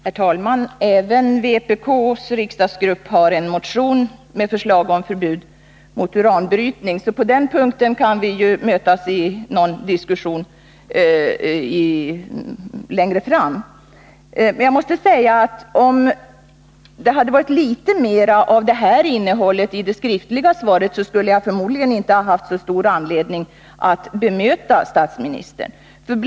Herr talman! Även vpk:s riksdagsgrupp har en motion med förslag om förbud mot uranbrytning. På den punkten kan vi ju mötas i någon diskussion längre fram. Om det hade funnits litet mer av det som statsministern nu framhöll i interpellationssvaret, skulle jag förmodligen inte ha haft så stor anledning att bemöta statsministern.